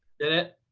did it.